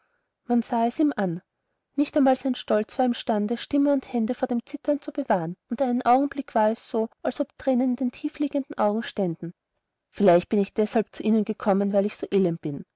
man sah es ihm an nicht einmal sein stolz war im stande stimme und hände vor dem zittern zu bewahren und einen augenblick war es als ob thränen in den tiefliegenden augen ständen vielleicht bin ich deshalb zu ihnen gekommen weil ich so elend bin